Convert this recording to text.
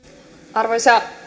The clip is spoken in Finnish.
arvoisa